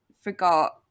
forgot